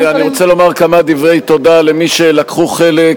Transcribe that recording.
אני רוצה לומר כמה דברי תודה למי שלקחו חלק